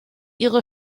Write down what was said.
ihre